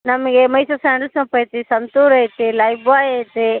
ನಮಗೆ Mysore sandal soap ಐತಿ ಸಂತೂರ್ ಐತಿ ಲೈಫ್ಬಾಯ್ ಐತಿ